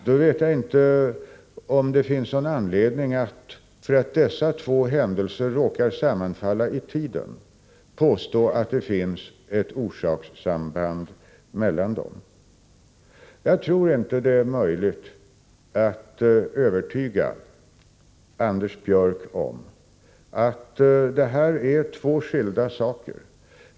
Jag vet inte om det finns någon anledning att, för att dessa händelser råkar sammanfalla i tiden, påstå att det finns ett orsakssamband mellan dem. Jag tror inte att det är möjligt att övertyga Anders Björck om att det här är fråga om två skilda saker.